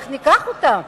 אז איך ניקח אותן?